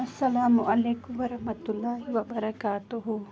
اسلام علیکُم ورَحمتُہ اللہ وبرکاتُہ